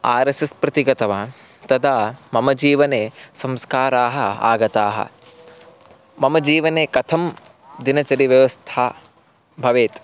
R S S प्रति गतवान् तदा मम जीवने संस्काराः आगताः मम जीवने कथं दिनचरिव्यवस्था भवेत्